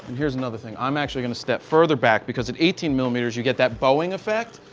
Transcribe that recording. and here is another thing. i'm actually going to step further back because at eighteen millimeters, you get that boeing effect.